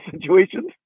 situations